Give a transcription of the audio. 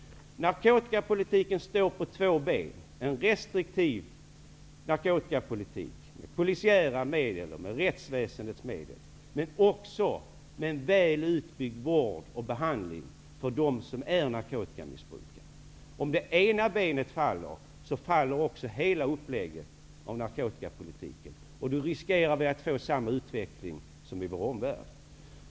Narkotikapolitiken står på två ben. Vi har en restriktiv narkotikapolitik med polisiära medel och rättsväsendets medel, men också med en väl utbyggd vård och behandling för dem som är narkotikamissbrukare. Om det ene benet faller, faller också hela upplägget av narkotikapolitiken. Då riskerar vi att få samma utveckling som i vår omvärld.